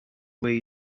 way